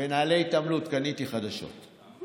ונעלי התעמלות, קניתי חדשות.